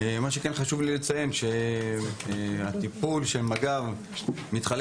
חשוב לי לציין שהטיפול של מג"ב מתחלק